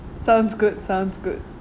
sounds good sounds good